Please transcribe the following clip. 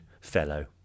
fellow